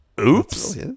Oops